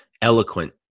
eloquent